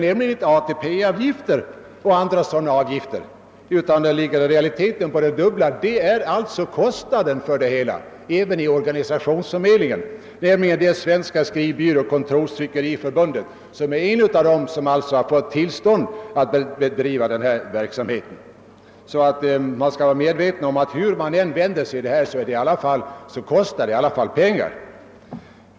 Nej maximibeloppet är det dubbla. Dessa 18 procent inkluderar nämligen inte ATP-avgifter och andra avgifter. Detta gäller t. ex, Svenska skrivbyråoch kontorstrycke:- riförbundet, som är en av de skriv byråer som har: fått tillstånd av AMS att bedriva sådan här verksamhet. Man bör vara medveten om att hur man än gör så kostar förmedlingen i alla fall pengar.